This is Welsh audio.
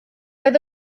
oedd